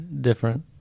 different